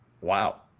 wow